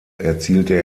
erzielte